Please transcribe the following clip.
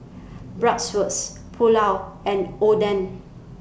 Bratwurst Pulao and Oden